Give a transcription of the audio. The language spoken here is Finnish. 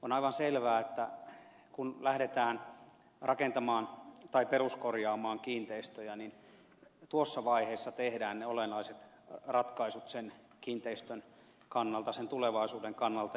on aivan selvää että kun lähdetään rakentamaan tai peruskorjaamaan kiinteistöjä niin tuossa vaiheessa tehdään ne olennaiset ratkaisut sen kiinteistön kannalta sen tulevaisuuden kannalta